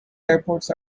airports